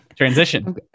Transition